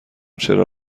چرا